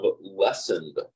lessened